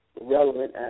relevant